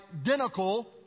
identical